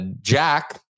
Jack